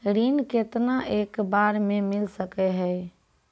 ऋण केतना एक बार मैं मिल सके हेय?